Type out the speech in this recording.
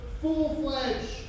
full-fledged